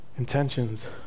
Intentions